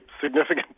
significant